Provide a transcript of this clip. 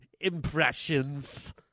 impressions